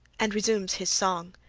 and resumes his song.